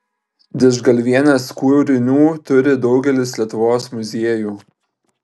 didžgalvienės kūrinių turi daugelis lietuvos muziejų